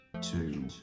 two